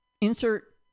insert